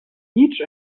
each